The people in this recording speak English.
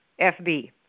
FB